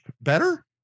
Better